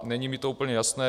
Není mi to úplně jasné.